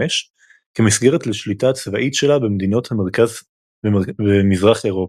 כמסגרת לשליטה הצבאית שלה במדינות מרכז ומזרח אירופה.